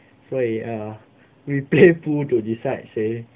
所以 err we play pool to decide 谁